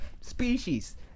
species